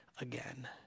again